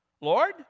Lord